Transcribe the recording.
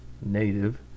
native